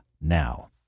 now